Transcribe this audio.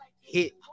Hit